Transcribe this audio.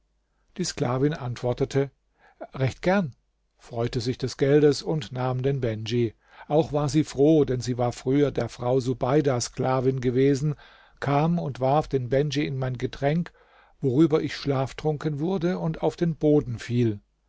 die sklavin antwortete recht gern freute sich des geldes und nahm den bendj auch war sie froh denn sie war früher der frau subeida sklavin gewesen kam und warf den bendj in mein getränk worüber ich schlaftrunken wurde und auf den boden fiel